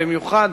ובמיוחד